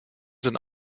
sind